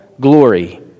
glory